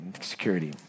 security